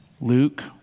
Luke